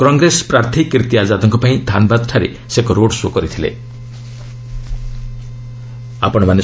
କଂଗ୍ରେସ ପ୍ରାର୍ଥୀ କୀର୍ତ୍ତି ଆଜାଦଙ୍କ ପାଇଁ ଧାନବାଦ୍ଠାରେ ସେ ଏକ ରୋଡ୍ ଶୋ' କରିଥିଳେ